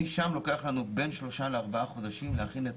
משם ייקחו לנו בין שלושה לארבעה חודשים להכין את הדוח.